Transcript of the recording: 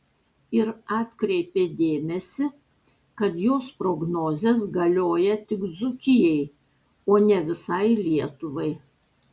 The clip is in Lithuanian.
ir atkreipė dėmesį kad jos prognozės galioja tik dzūkijai o ne visai lietuvai